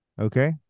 Okay